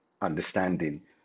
understanding